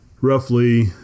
roughly